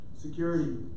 Security